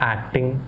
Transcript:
Acting